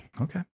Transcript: Okay